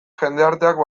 jendarteak